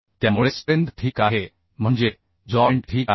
त्यामुळे स्ट्रेंथ ठीक आहे म्हणजे जॉइंट ठीक आहेत